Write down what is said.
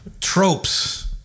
Tropes